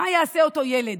יעשו אותו ילד,